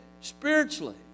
spiritually